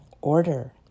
order